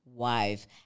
Wife